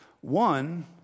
One